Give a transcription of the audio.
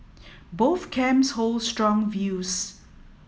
both camps hold strong views